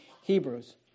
Hebrews